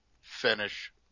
finish